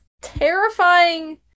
terrifying